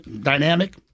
dynamic